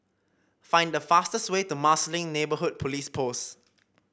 find the fastest way to Marsiling Neighbourhood Police Post